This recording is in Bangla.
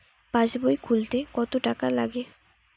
পাশবই খুলতে কতো টাকা লাগে?